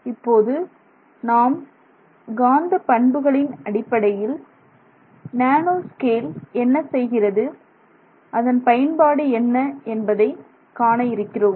இப்போது நாம் காந்தப் பண்புகளின் அடிப்படையில் நேனோ ஸ்கேல் என்ன செய்கிறது அதன் பயன்பாடு என்ன என்பதை காண இருக்கிறோம்